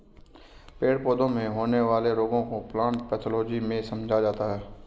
पेड़ पौधों में होने वाले रोगों को प्लांट पैथोलॉजी में समझा जाता है